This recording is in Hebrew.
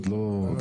עוד לא התחיל.